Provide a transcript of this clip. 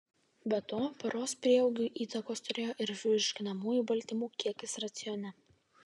be to paros prieaugiui įtakos turėjo ir virškinamųjų baltymų kiekis racione